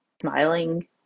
smiling